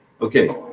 okay